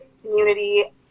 community